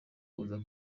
kuza